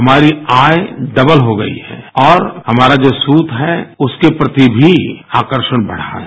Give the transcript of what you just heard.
हमारी आय डबल हो गई है और हमारा जो सूत है उसके प्रति भी आकर्षण बढ़ा है